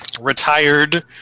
retired